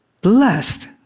blessed